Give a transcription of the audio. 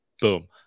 boom